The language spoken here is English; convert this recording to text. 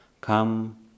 Come